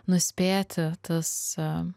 nuspėti tas